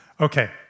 Okay